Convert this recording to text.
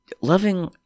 loving